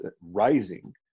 rising